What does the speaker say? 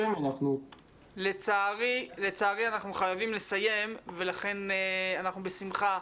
לצערי אנחנו חייבים לסיים ולכן אנחנו בשמחה,